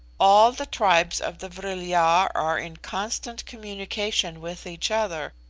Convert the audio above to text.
all the tribes of the vril-ya are in constant communication with each other,